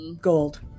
gold